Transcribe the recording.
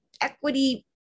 equity